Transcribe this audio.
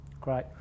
Great